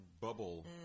bubble